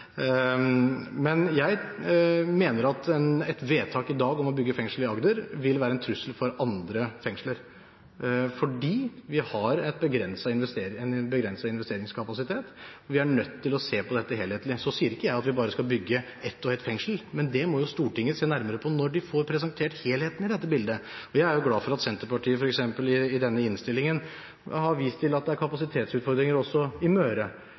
Jeg mener at et vedtak i dag om å bygge fengsel i Agder vil være en trussel for andre fengsler, fordi vi har en begrenset investeringskapasitet, og vi er nødt til å se på dette helhetlig. Så sier ikke jeg at vi bare skal bygge ett og ett fengsel, men det må Stortinget se nærmere på når de får presentert helheten i dette bildet. Jeg er glad for at Senterpartiet f.eks. i denne innstillingen har vist til at det er kapasitetsutfordringer også i Møre.